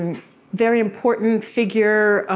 and very important figure,